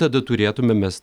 tada turėtume mes